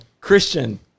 Christian